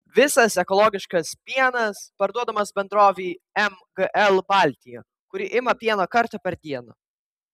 visas ekologiškas pienas parduodamas bendrovei mgl baltija kuri ima pieną kartą per dieną